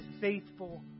faithful